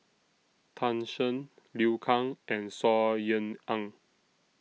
Tan Shen Liu Kang and Saw Ean Ang